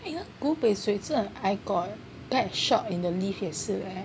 古北水镇 I got get shock in the lift 也是 right